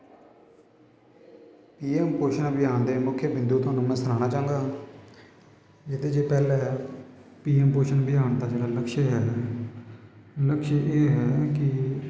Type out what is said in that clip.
पी M Poshan Abhiyaan दे मुक्ख बिन्दू तोआनू में सनाना चाह्गा एह्दे च पैह्लें पी एम पोशन आभियान दा जेह्ड़ा लक्ष्य ऐ लक्ष्य एह् ऐ कि